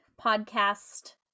podcast